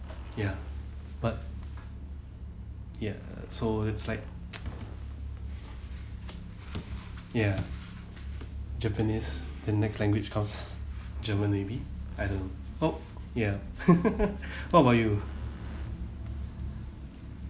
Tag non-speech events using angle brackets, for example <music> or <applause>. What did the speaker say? ya but ya so it's like <noise> ya japanese the next language comes german maybe I don't know oh ya <laughs> what about you